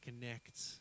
connect